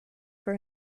for